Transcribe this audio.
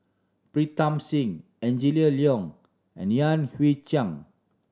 Pritam Singh Angela Liong and Yan Hui Chang